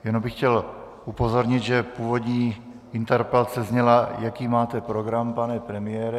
Jenom bych chtěl upozornit, že původní interpelace zněla: Jaký máte program, pane premiére?